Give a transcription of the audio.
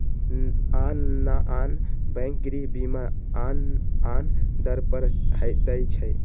आन आन बैंक गृह बीमा आन आन दर पर दइ छै